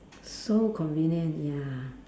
so convenient ya